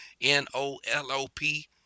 N-O-L-O-P